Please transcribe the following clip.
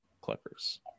Clippers